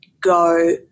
go